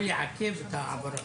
או יעכב את ההעברה.